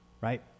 right